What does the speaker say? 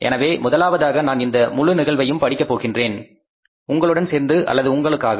எனவே முதலாவதாக நான் இந்த முழு நிகழ்வையும் படிக்க போகின்றேன் உங்களுடன் சேர்ந்து அல்லது உங்களுக்காக